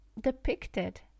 depicted